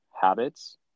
habits